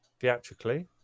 theatrically